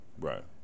Right